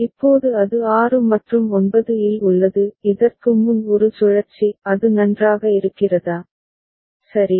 இப்போது அது 6 மற்றும் 9 இல் உள்ளது இதற்கு முன் ஒரு சுழற்சி அது நன்றாக இருக்கிறதா சரி